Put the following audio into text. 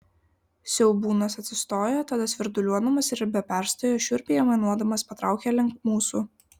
siaubūnas atsistojo tada svirduliuodamas ir be perstojo šiurpiai aimanuodamas patraukė link mūsų